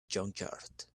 junkyard